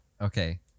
okay